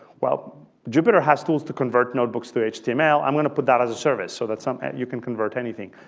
well jupyter has tools to convert notebooks through html, i'm going to put that as a service so that's something that you can convert anything.